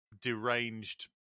deranged